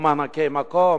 או מענקי מקום?